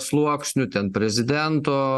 sluoksnių ten prezidento